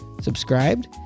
subscribed